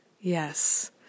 Yes